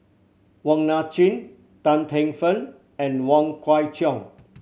Wong Nai Chin Tan Paey Fern and Wong Kwei Cheong